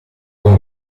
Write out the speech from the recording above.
con